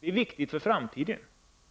Detta är viktigt för framtiden.